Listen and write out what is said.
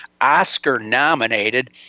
Oscar-nominated